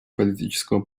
политического